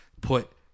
put